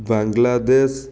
Bangladesh